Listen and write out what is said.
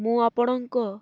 ମୁଁ ଆପଣଙ୍କ